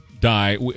die